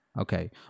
Okay